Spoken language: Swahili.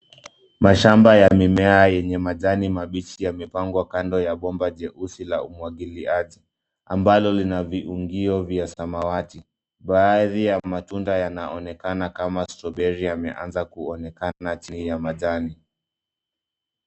Mashamba ya mimea yenye majani mabichi yamepangwa kando ya bomba jeusi la umwagiliaji ambalo lina viungio vya samawati. Baadhi ya matunda yanaonekana kama strawberry yameanza kuonekana chini ya majani.